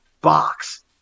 box